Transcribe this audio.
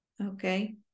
okay